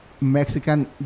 Mexican